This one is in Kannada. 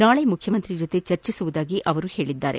ನಾಳೆ ಮುಖ್ಯಮಂತ್ರಿ ಜೊತೆ ಚರ್ಚಿಸುವುದಾಗಿ ಅವರು ಹೇಳಿದ್ದಾರೆ